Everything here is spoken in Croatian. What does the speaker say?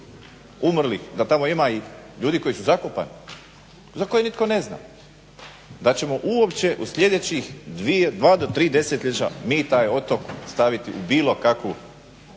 da tamo ima i ljudi koji su zakopani za koje nitko ne zna. Da ćemo uopće u sljedeća dva do tri desetljeća mi taj otok staviti u bilo kakvu